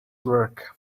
work